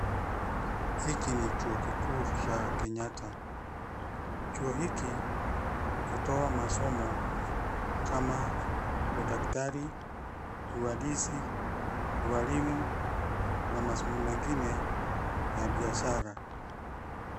Hiki ni chuo kikuu cha Kenyatta, chuo hiki hutoa masomo kama, udaktari, uhandisi, ualimu, na masomo mengine, ya biashara.